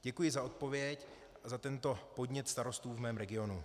Děkuji za odpověď a za tento podnět starostů v mém regionu.